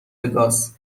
وگاس